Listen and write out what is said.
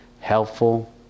helpful